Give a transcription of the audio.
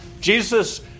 Jesus